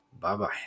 bye-bye